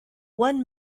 one